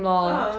ah ah ah